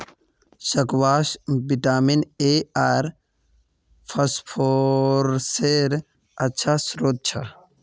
squash vitamin A आर फस्फोरसेर अच्छा श्रोत छ